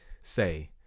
say